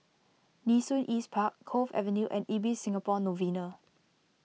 Nee Soon East Park Cove Avenue and Ibis Singapore Novena